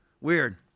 Weird